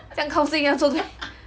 将靠近要坐这个